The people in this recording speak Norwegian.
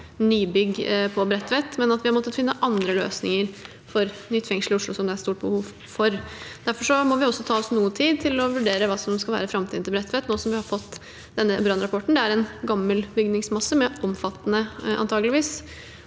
på Bredtveit, men at vi har måttet finne andre løsninger for et nytt fengsel i Oslo, som det er et stort behov for. Derfor må vi også ta oss noe tid til å vurdere hva som skal være Bredtveits framtid, nå som vi har fått denne brannrapporten. Det er en gammel bygningsmasse, med antageligvis